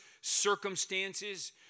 circumstances